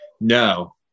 No